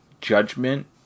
judgment